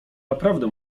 naprawdę